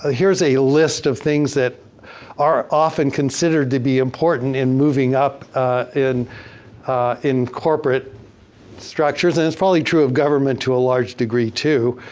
ah here's a list of things that are often considered to be important in moving up in in corporate structures. and it's probably true of government to a large degree, too.